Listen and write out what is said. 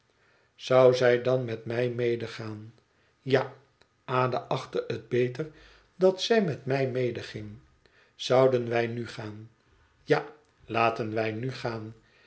zou zij dan met mij medegaan ja ada achtte het beter dat zij met mij medeging zouden wij nu gaan ja laten wij nu gaan